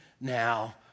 now